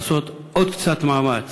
לעשות עוד קצת מאמץ,